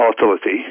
volatility